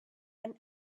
and